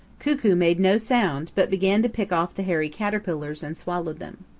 cuckoo made no sound but began to pick off the hairy caterpillars and swallow them.